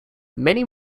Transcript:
many